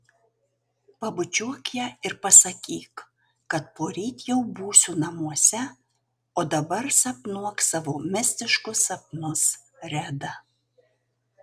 pabučiuok ją ir pasakyk kad poryt jau būsiu namuose o dabar sapnuok savo mistiškus sapnus reda